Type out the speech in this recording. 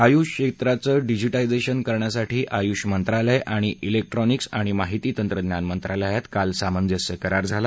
आयुष क्षेत्राचं डिजीटायझेशन करण्यासाठी आयुष मंत्रालय आण जिक्ट्रॉनिक्स आणि माहिती तंत्रज्ञान मंत्रालयात काल सामंजस्य करार झाला